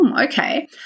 okay